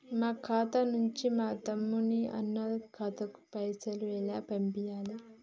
మా ఖాతా నుంచి మా తమ్ముని, అన్న ఖాతాకు పైసలను ఎలా పంపియ్యాలి?